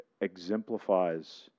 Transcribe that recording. exemplifies